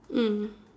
mm